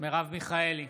מרב מיכאלי,